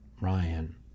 Ryan